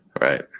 Right